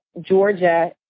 Georgia